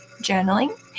journaling